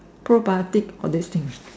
pro biotic all these things